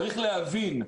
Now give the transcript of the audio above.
צריך להבין,